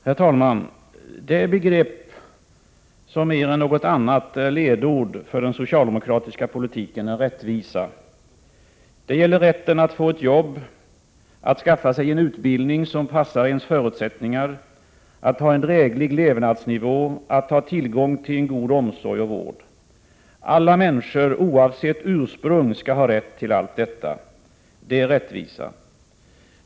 Herr talman! Det begrepp som mer än något annat är ledord för den socialdemokratiska politiken är rättvisa. Det gäller rätten att få ett jobb, att skaffa sig en utbildning som passar ens förutsättningar, att ha en dräglig levnadsnivå, att ha tillgång till en god omsorg och vård. Alla människor, oavsett ursprung, skall ha rätt till allt detta. Det är rättvisa.